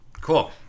cool